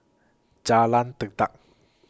Jalan Tekad